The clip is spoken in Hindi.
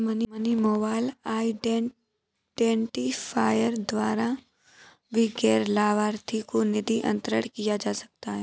मनी मोबाइल आईडेंटिफायर द्वारा भी गैर लाभार्थी को निधि अंतरण किया जा सकता है